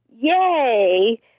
Yay